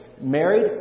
married